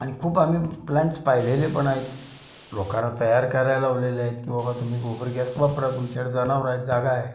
आणि खूप आम्ही प्लॅन्स पाहिलेले पण आहेत लोकांना तयार करायला लावलेले आहेत की बाबा तुम्ही गोबर गॅस वापरा तुमच्याकडे जनावरं आहेत जागा आहे